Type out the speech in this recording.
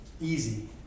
easy